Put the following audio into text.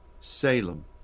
Salem